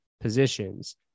positions